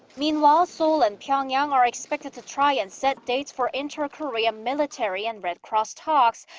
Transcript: meanwhile, seoul and pyongyang are expected to try and set dates for inter-korean military and red cross talks.